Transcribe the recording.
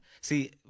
See